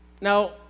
Now